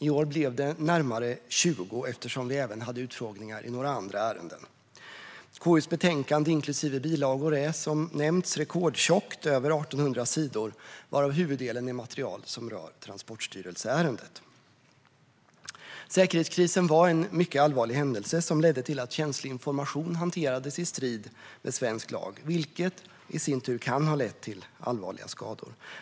I år blev det närmare 20, eftersom vi även hade utfrågningar i några andra ärenden. KU:s betänkande inklusive bilagor är, som nämnts, rekordtjockt - över 1 800 sidor - varav huvuddelen är material som rör Transportstyrelseärendet. Säkerhetskrisen var en mycket allvarlig händelse som ledde till att känslig information hanterades i strid med svensk lag, vilket i sin tur kan ha lett till allvarliga skador.